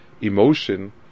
emotion